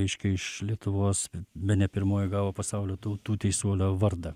reiškia iš lietuvos bene pirmoji gavo pasaulio tautų teisuolio vardą